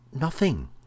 nothing